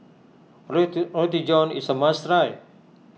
Roti Roti John is a must try